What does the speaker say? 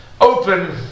open